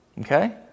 Okay